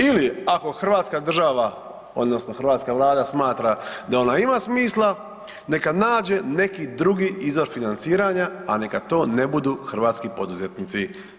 Ili ako hrvatska država, odnosno hrvatska Vlada smatra da ona ima smisla, neka nađe neki drugi izvor financiranja, a neka to ne budu hrvatski poduzetnici.